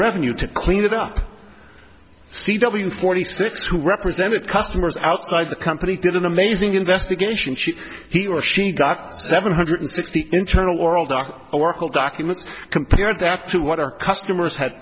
revenue to clean it up forty six who represented customers outside the company did an amazing investigation she he or she got seven hundred sixty internal oral dark oracle documents compare that to what our customers had